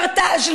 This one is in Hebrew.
סליחה,